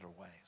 ways